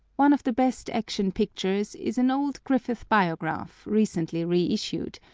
one of the best action pictures is an old griffith biograph, recently reissued,